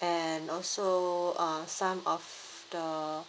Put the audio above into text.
and also uh some of the